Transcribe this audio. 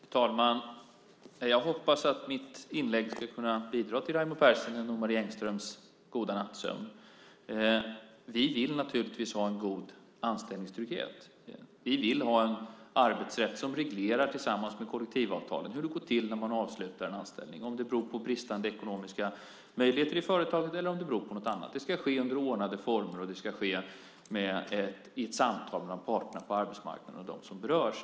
Fru talman! Jag hoppas att mitt inlägg ska kunna bidra till Raimo Pärssinens och Marie Engströms goda nattsömn. Vi vill naturligtvis ha en god anställningstrygghet. Vi vill ha en arbetsrätt som tillsammans med kollektivavtalen reglerar hur det går till när man avslutar en anställning, om det beror på bristande ekonomiska möjligheter i företaget eller om det beror på något annat. Det ska ske under ordnade former, och det ska ske i ett samtal mellan parterna på arbetsmarknaden och dem som berörs.